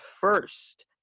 first